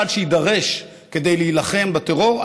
וכל צעד שיידרש כדי להילחם בטרור,